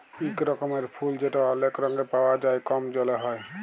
ইক রকমের ফুল যেট অলেক রঙে পাউয়া যায় কম জলে হ্যয়